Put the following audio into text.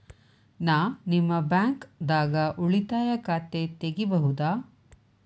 ನಾ ನಿಮ್ಮ ಬ್ಯಾಂಕ್ ದಾಗ ಉಳಿತಾಯ ಖಾತೆ ತೆಗಿಬಹುದ?